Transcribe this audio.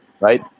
right